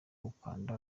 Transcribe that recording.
ukanda